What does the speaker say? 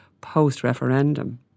post-referendum